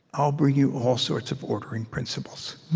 i'll bring you all sorts of ordering principles.